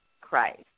Christ